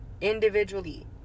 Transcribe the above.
individually